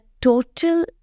total